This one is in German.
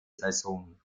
saison